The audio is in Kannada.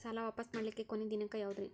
ಸಾಲಾ ವಾಪಸ್ ಮಾಡ್ಲಿಕ್ಕೆ ಕೊನಿ ದಿನಾಂಕ ಯಾವುದ್ರಿ?